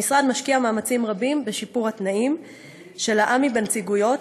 המשרד משקיע מאמצים רבים בשיפור התנאים של עמ"י בנציגויות,